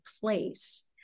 place